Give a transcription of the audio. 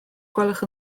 gwelwch